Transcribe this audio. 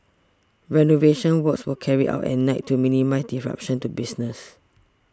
renovation works were carried out at night to minimise disruption to business